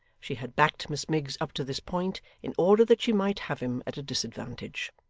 she had backed miss miggs up to this point, in order that she might have him at a disadvantage.